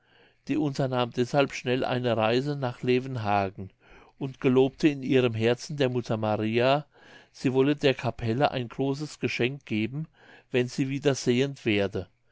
die unternahm deshalb schnell eine reise nach levenhagen und gelobte in ihrem herzen der mutter maria sie wolle der capelle ein großes geschenk geben wenn sie wieder sehend werde